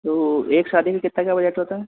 तो एक शादी में कितना का बजट होता है